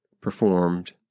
performed